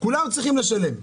כולם צריכים לשלם.